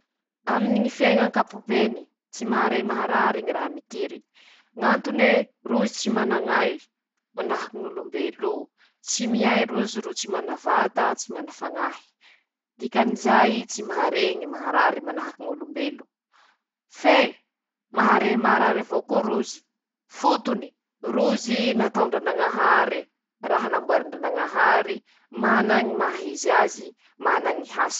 Laha rano masy iñy ro miakatsy, ka añy iaby ñy tany iabiaby amin'izao tontolo izao ;ñy fomba hataoko hahatafaboaky velo ahy bakao: -Mila tany añabo, na toera añabo teña a,handesan-teña ñ'ainteña ;manahaky anizay koa a,ñy filan-teña loharanoiboahany riaky iñe, handesan-teña ñ'ainteña ;na mila teña fitaova maha velo, manahaky anizay ñy oxygèny na ñy sambo mbeñimbeñy.